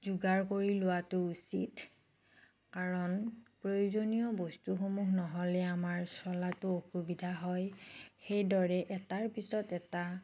যোগাৰ কৰি লোৱাটো উচিত কাৰণ প্ৰয়োজনীয় বস্তুসমূহ নহ'লে আমাৰ চলাতো অসুবিধা হয় সেইদৰে এটাৰ পিছত এটা